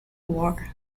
war